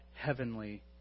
heavenly